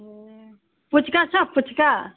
ए पुच्का छ फुच्का